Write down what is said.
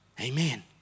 Amen